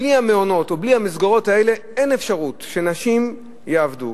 בלי המעונות ובלי המסגרות האלה אין אפשרות שנשים יעבדו,